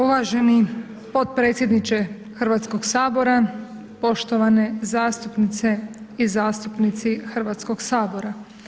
Uvaženi potpredsjedniče Hrvatskog sabora, poštovane zastupnice i zastupnici Hrvatskog sabora.